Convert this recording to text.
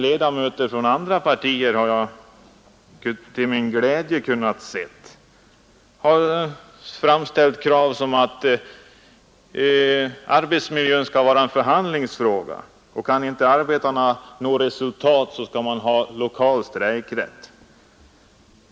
Jag har till min glädje sett att även ledamöter av andra partier har rest krav om att arbetsmiljön skall vara en förhandlingsfråga, och om inte arbetarna kan nå resultat skall man ha lokal strejkrätt.